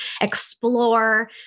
explore